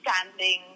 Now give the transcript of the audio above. standing